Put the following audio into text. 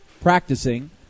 practicing